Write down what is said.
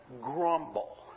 grumble